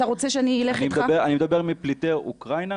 אתה רוצה שאני אלך איתך --- אני מדבר מפליטי אוקראינה,